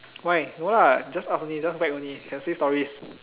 why no lah just ask only just whack only can say stories